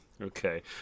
Okay